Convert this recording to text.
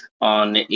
on